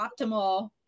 optimal